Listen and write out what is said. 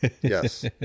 Yes